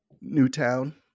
Newtown